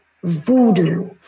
voodoo